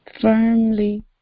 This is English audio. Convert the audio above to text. Firmly